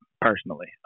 personally